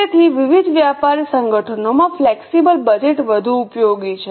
તેથી વિવિધ વ્યાપારી સંગઠનોમાં ફ્લેક્સિબલ બજેટ વધુ ઉપયોગી છે